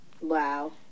Wow